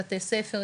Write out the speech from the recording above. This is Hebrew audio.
בתי ספר,